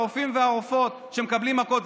הרופאים והרופאות שמקבלים מכות,